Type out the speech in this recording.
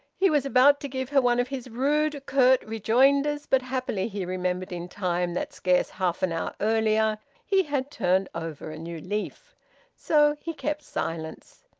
he was about to give her one of his rude, curt rejoinders, but happily he remembered in time that scarce half an hour earlier he had turned over a new leaf so he kept silence.